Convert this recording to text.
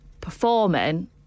performing